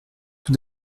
tout